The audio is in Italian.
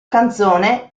canzone